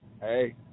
hey